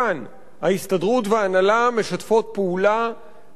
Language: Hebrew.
ההסתדרות וההנהלה משתפות פעולה במניעת